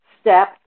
step